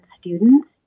students